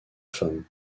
femme